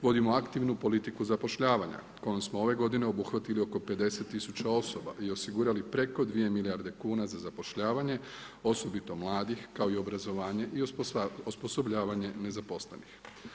Vodimo aktivnu politiku zapošljavanja, kojom smo ove godine, obuhvatili oko 50000 osoba i osigurali preko 2 milijarde kuna za zapošljavanje, osobito mladih kao i obrazovanih i osposobljavanje nezaposlenih.